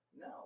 No